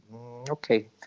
okay